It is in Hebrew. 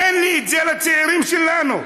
אין את זה לצעירים שלנו,